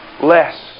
less